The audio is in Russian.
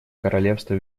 королевства